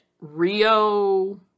Rio